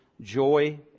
joy